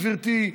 גברתי,